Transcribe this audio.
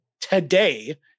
today